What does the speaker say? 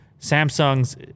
Samsung's